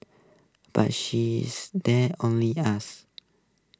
but she's there's only us